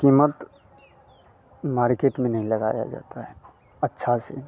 कीमत मार्केट में नहीं लगाया जाता है अच्छे से